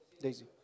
Daisy